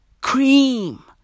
Cream